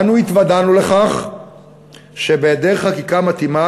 אנו התוודענו לכך שבהיעדר חקיקה מתאימה